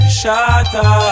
shatter